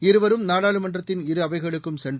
இருவரும் நாடாளுமன்றத்தின் இரு அவைகளுக்கும் சென்று